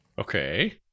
Okay